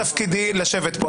אני חייב מכוח תפקידי לשבת פה.